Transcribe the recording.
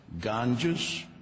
Ganges